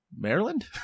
Maryland